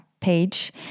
page